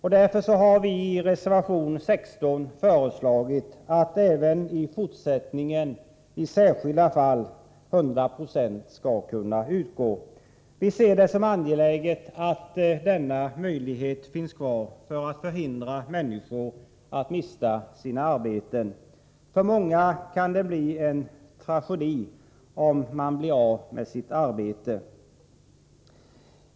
Därför har vi i reservation 16 föreslagit att ett 100-procentigt bidrag i särskilda fall skall kunna utgå även i fortsättningen. Vi anser att det är angeläget att denna möjlighet finns kvar för att förhindra att människor mister sina arbeten. För många är det en tragedi att förlora sitt arbete.